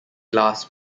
glass